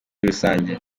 rusange